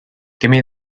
gimme